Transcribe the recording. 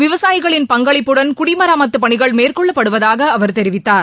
விவசாயிகளின் பங்களிப்புடன் குடிமராமத்து பணிகள் மேற்கொள்ளப்படுவதாக அவர் தெரிவித்தார்